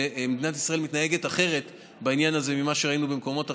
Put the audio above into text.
ומדינת ישראל מתנהגת אחרת בעניין הזה ממה שראינו במקומות אחרים.